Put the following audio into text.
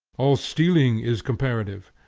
all stealing is comparative.